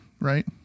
right